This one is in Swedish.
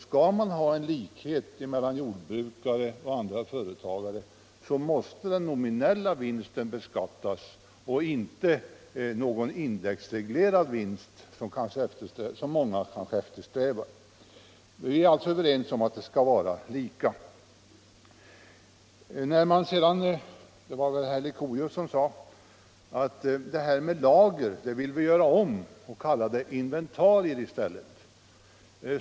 Skall man ha likhet mellan jordbrukare och andra företagare måste den nominella vinsten beskattas och inte någon indexreglerad vinst, som många kanske eftersträvar. Vi är alltså överens om att reglerna skall vara lika för alla. Jag tror det var herr Leuchovius som sade att ”detta med lager vill vi göra om och kalla det inventarier i stället”.